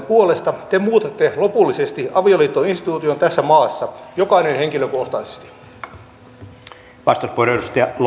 puolesta te muutatte lopullisesti avioliittoinstituution tässä maassa jokainen henkilökohtaisesti